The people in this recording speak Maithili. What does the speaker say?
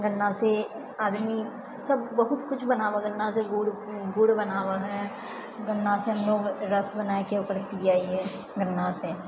गन्ना सँ आदमी सब बहुत किछु बनाबऽ है गन्नासँ गुड़ बनाबऽ है गन्नासँ हमलोग रस बनाए कऽ ओकर पियै हियै गन्नासँ